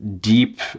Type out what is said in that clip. deep